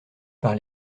par